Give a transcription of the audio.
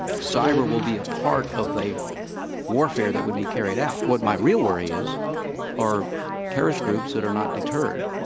cyber will be a part of a warfare that would be carried out. what my real worry is are terrorists groups that are not deterred,